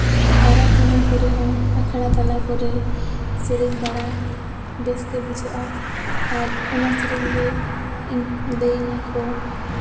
ᱯᱚᱨᱚᱵᱽ ᱯᱩᱱᱟᱹᱭ ᱠᱚᱨᱮ ᱦᱚᱸ ᱟᱠᱷᱲᱟ ᱛᱟᱞᱟ ᱠᱚᱨᱮ ᱥᱮᱨᱮᱧ ᱵᱟᱲᱟ ᱵᱮᱥ ᱜᱮ ᱵᱩᱡᱷᱟᱹᱜᱼᱟ ᱟᱨ ᱚᱱᱟ ᱥᱮᱨᱮᱧ ᱜᱮ ᱤᱧ ᱞᱟᱹᱭ ᱤᱧᱟᱹ ᱠᱚ